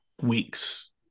weeks